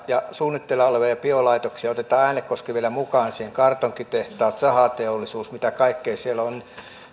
ja suunnitteilla olevia biolaitoksia otetaan äänekoski vielä mukaan siihen kartonkitehtaat sahateollisuus mitä kaikkea siellä on